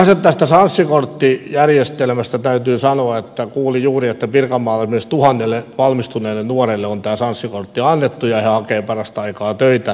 sinänsä tästä sanssi korttijärjestelmästä täytyy sanoa että kuulin juuri että pirkanmaalla esimerkiksi tuhannelle valmistuneelle nuorelle on tämä sanssi kortti annettu ja he hakevat parasta aikaa töitä